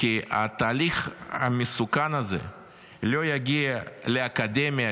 כי התהליך המסוכן הזה לא יגיע לאקדמיה,